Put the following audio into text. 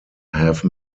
have